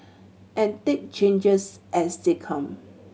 and take changes as they come